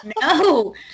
No